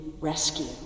rescue